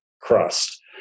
crust